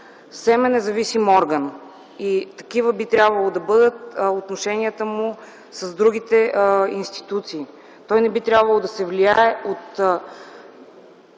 е независим орган и такива би трябвало да бъдат отношенията му с другите институции. Той не би трябвало да се влияе от